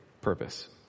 purpose